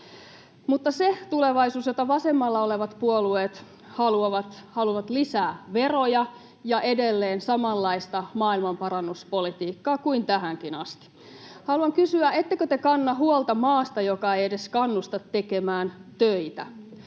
Mutta se tulevaisuus, jota vasemmalla olevat puolueet haluavat, sisältää lisää veroja ja edelleen samanlaista maailmanparannuspolitiikkaa kuin tähänkin asti. Haluan kysyä: ettekö te kanna huolta maasta, joka ei edes kannusta tekemään töitä?